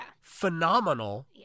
phenomenal